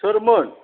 सोरमोन